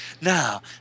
Now